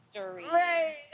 right